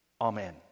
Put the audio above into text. Amen